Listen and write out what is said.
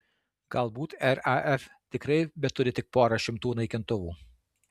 galbūt raf tikrai beturi tik porą šimtų naikintuvų